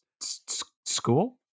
School